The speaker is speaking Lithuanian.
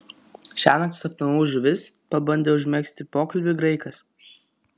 šiąnakt sapnavau žuvis pabandė užmegzti pokalbį graikas